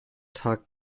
tag